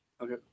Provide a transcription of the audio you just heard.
Okay